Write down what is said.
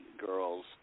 girls